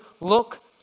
look